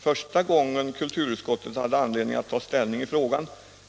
Första gången kulturutskottet hade anledning att ta ställning i frågan